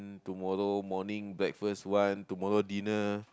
tomorrow morning breakfast one tomorrow dinner